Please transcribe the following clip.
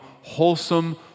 wholesome